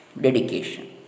dedication